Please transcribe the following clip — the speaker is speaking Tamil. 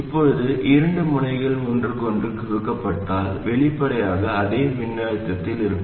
இப்போது இரண்டு முனைகள் ஒன்றுக்கொன்று சுருக்கப்பட்டால் வெளிப்படையாக அதே மின்னழுத்தத்தில் இருக்கும்